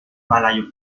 malayo